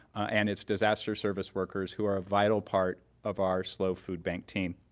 and its disaster service workers who are a vital part of our slo food bank team.